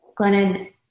Glennon